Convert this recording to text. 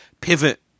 pivot